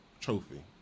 trophy